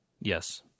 Yes